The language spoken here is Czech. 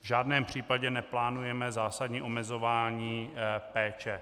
V žádném případě neplánujeme zásadní omezování péče.